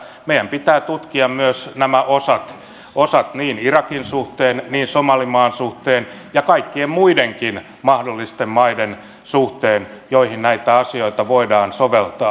meidän pitää tutkia myös nämä osat niin irakin suhteen somalimaan suhteen kuin kaikkien muidenkin mahdollisten maiden suhteen joihin näitä asioita voidaan soveltaa